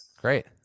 Great